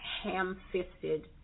ham-fisted